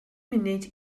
munud